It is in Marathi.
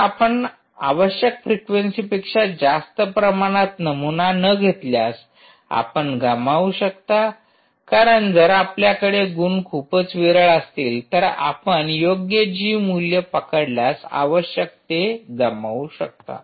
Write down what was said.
जर आपण आवश्यक फ्रेक्वेंसीपेक्षा जास्त प्रमाणात नमुना न घेतल्यास आपण गमावू शकता कारण जर आपल्याकडे गुण खूपच विरळ असतील तर आपण योग्य जी मूल्य पकडल्यास आवश्यक ते गमावू शकता